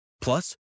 Plus